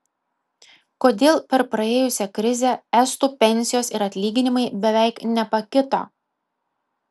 kodėl per praėjusią krizę estų pensijos ir atlyginimai beveik nepakito